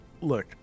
look